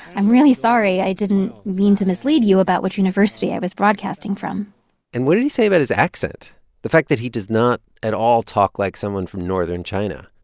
i'm really sorry. i didn't mean to mislead you about which university i was broadcasting from and what did he say about his accent the fact that he does not at all talk like someone from northern china?